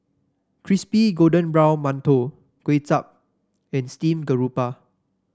Crispy Golden Brown Mantou Kuay Chap and Steamed Garoupa